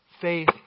Faith